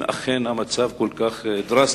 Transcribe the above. אם אכן המצב הזה כל כך דרסטי,